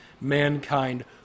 mankind